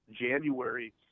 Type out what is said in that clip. January